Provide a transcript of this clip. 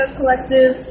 Collective